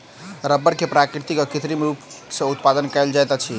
रबड़ के प्राकृतिक आ कृत्रिम रूप सॅ उत्पादन कयल जाइत अछि